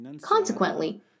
Consequently